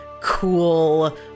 cool